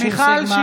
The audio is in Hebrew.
סגמן,